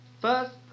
First